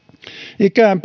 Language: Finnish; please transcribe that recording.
ikään